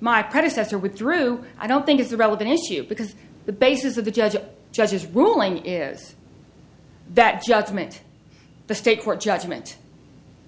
my predecessor withdrew i don't think it's a relevant issue because the basis of the judge judge's ruling is that judgment the state court judgment